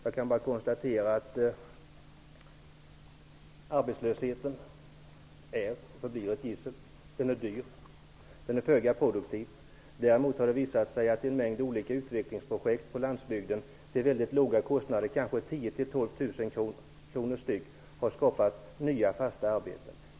Jag kan bara konstatera att arbetslösheten är och förblir ett gissel. Den är dyr och föga produktiv. Däremot har det visat sig att en mängd olika utvecklingsprojekt på landsbygden har skapat nya fasta arbeten till mycket låga kostnader. Varje projekt kanske kostar 10 000--12 000 kr.